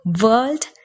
world